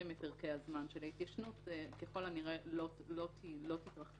מפרקי הזמן של ההתיישנות ככל הנראה לא תתרחש.